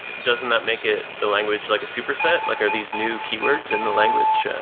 doesn't that make it the language like a superset. like are these new keywords in the language?